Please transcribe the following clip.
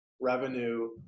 revenue